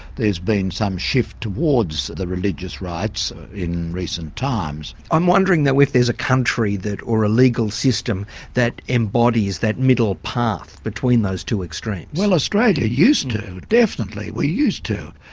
there's been some shift towards the religious rights in recent times. i'm wondering though if there's a country that. or a legal system that embodies that middle path between those two extremes. well australia used to definitely. we used to.